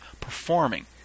performing